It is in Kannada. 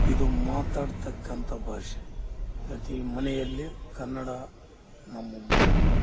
ಇದು ಮಾತಾಡ್ತಕ್ಕಂಥ ಭಾಷೆ ಪ್ರತಿ ಮನೆಯಲ್ಲಿ ಕನ್ನಡ ಮಾತೃ